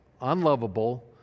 unlovable